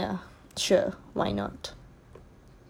ya sure why not